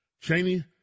Cheney